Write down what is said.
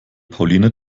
pauline